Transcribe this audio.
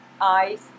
eyes